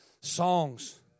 songs